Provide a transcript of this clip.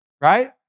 right